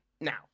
now